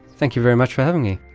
thank you very much for having me.